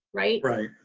right? right.